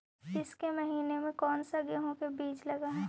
ईसके महीने मे कोन सा गेहूं के बीज लगे है?